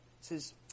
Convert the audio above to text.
says